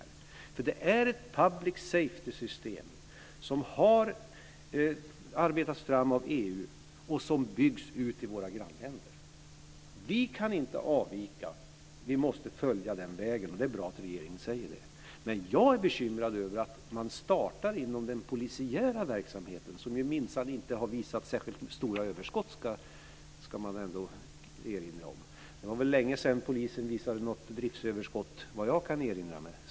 Det här är nämligen ett public safety-system som har arbetats fram av EU och som byggs ut i våra grannländer. Vi kan inte avvika. Vi måste följa den vägen, och det är bra att regeringen säger det. Jag är dock bekymrad över att man startar inom den polisiära verksamheten, som minsann inte har visat särskilt stora överskott. Det ska man ändå erinra om. Det var väl länge sedan polisen visade något driftöverskott, vad jag kan erinra mig.